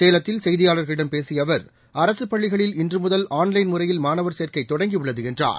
சேலத்தில் செய்தியாளா்களிடம் பேசிய அவா் அரசு பள்ளிகளில் இன்று முதல் ஆன்லைன் முறையில் மாணவர் சேர்க்கை தொடங்கி உள்ளது என்றார்